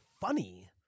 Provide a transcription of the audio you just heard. funny